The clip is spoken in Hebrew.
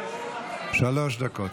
בבקשה, שלוש דקות.